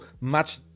match